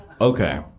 Okay